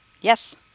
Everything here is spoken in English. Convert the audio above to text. Yes